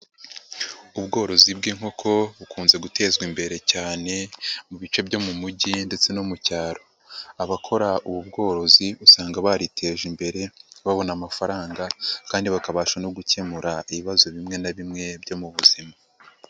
Ubworozi bw'inkoko bukunze gutezwa imbere cyane mu bice byo mu mujyi ndetse no mu cyaro, abakora ubu bworozi usanga bariteje imbere, babona amafaranga kandi bakabasha no gukemura ibibazo bimwe na bimwe byo mu buzima.